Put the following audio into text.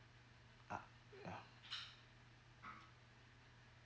uh wait ah